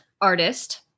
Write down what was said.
artist